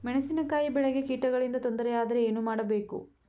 ಮೆಣಸಿನಕಾಯಿ ಬೆಳೆಗೆ ಕೀಟಗಳಿಂದ ತೊಂದರೆ ಯಾದರೆ ಏನು ಮಾಡಬೇಕು?